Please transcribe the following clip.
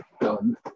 done